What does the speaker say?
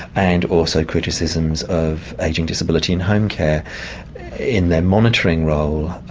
and also criticisms of ageing, disability and home care in their monitoring role.